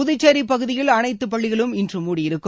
புதுச்சேரி பகுதியில் அனைத்து பள்ளிகளும் இன்று மூடியிருக்கும்